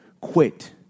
quit